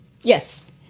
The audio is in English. Yes